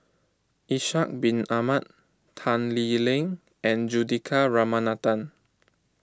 Ishak Bin Ahmad Tan Lee Leng and Juthika Ramanathan